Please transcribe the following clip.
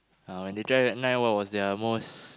uh when they drive at night what was their most